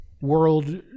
world